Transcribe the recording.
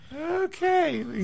okay